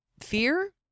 fear